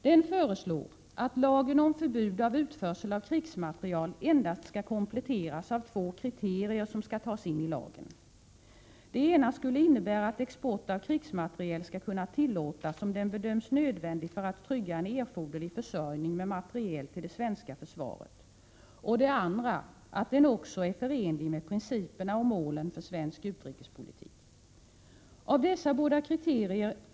Den föreslår att lagen om förbud av utförsel av krigsmateriel endast skall kompletteras av två kriterier, som skall tas in i lagen. Det ena innebär att export av krigsmateriel skall kunna tillåtas om den bedöms nödvändig för att trygga en erforderlig försörjning med materiel till det svenska försvaret och det andra förutsätter att exporten också är förenlig med principerna och målen för svensk utrikespolitik.